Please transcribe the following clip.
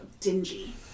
dingy